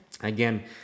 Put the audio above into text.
again